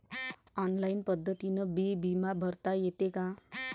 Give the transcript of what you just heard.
Online पद्धतीनं बी बिमा भरता येते का?